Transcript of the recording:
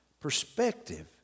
Perspective